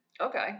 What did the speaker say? Okay